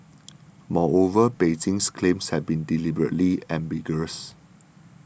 moreover Beijing's claims have been deliberately ambiguous